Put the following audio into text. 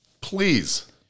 Please